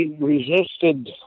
resisted